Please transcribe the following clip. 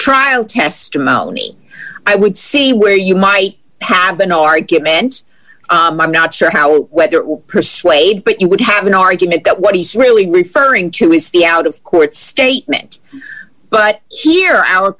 trial testimony i would see where you might have an argument i'm not sure how whether it will persuade but you would have an argument that what he's really referring to is the out of court statement but here our